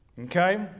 Okay